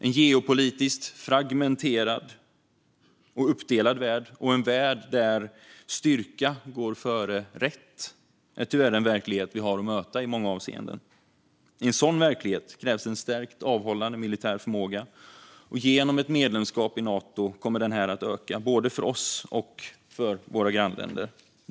En geopolitiskt fragmenterad och uppdelad värld och en värld där styrka går före rätt är tyvärr en verklighet vi har att möta i många avseenden. I en sådan verklighet krävs en stärkt avhållande militär förmåga, och genom ett medlemskap i Nato kommer denna förmåga att öka, både för oss och för våra grannländer.